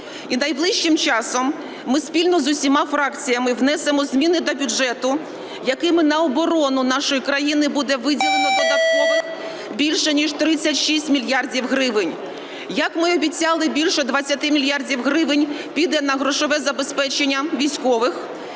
найближчим часом ми спільно з усіма фракціями внесемо зміни до бюджету, якими на оборону нашої країни буде виділено додаткових більш ніж 36 мільярдів гривень. Як ми й обіцяли, більше 20 мільярдів гривень піде на грошове забезпечення військових,